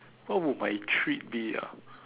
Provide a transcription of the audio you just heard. what would my treat be ah